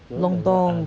lontong